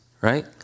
right